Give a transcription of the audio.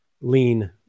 lean